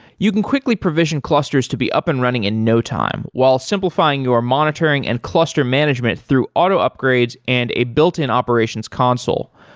you can quickly provision clusters to be up and running in no time while simplifying your monitoring and cluster management through auto upgrades and a built-in operations console.